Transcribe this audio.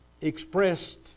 expressed